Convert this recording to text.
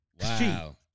Wow